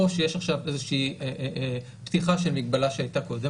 או שיש עכשיו איזושהי פתיחה של מגבלה שהייתה קודם,